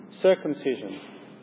circumcision